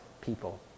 people